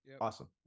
Awesome